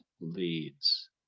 leads